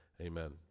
Amen